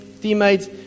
Teammates